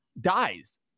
dies